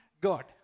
God